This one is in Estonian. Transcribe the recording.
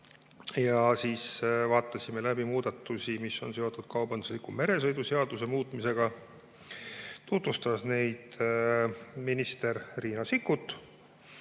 Siis me vaatasime läbi muudatusi, mis on seotud kaubandusliku meresõidu seaduse muutmisega. Tutvustas neid minister Riina Sikkut.